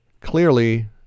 Clearly